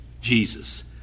Jesus